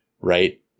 right